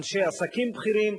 זה אנשי עסקים בכירים,